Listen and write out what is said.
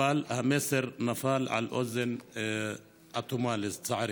המסר נפל על אוזן אטומה, לצערי.